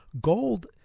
Gold